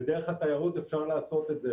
ודרך התיירות אפשר לעשות את זה.